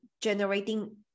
generating